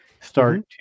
start